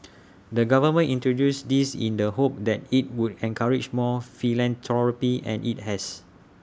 the government introduced this in the hope that IT would encourage more philanthropy and IT has